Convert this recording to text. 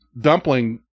dumpling